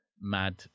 mad